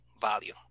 value